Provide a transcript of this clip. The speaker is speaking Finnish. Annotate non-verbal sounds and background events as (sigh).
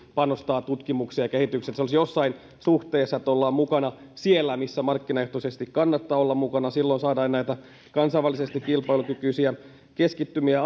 panostavat tutkimukseen ja kehitykseen että se olisi jossain suhteessa ja oltaisiin mukana siellä missä markkinaehtoisesti kannattaa olla mukana silloin saadaan näitä kansainvälisesti kilpailukykyisiä keskittymiä (unintelligible)